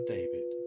David